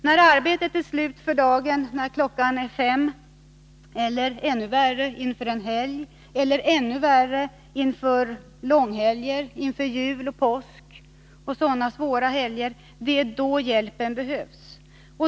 När arbetet är slut för dagen eller inför en helg eller — ännu värre — inför långhelger som jul och påsk, det är då hjälpen behövs.